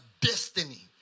destiny